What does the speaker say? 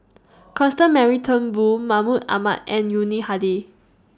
Constance Mary Turnbull Mahmud Ahmad and Yuni Hadi